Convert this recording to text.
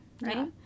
right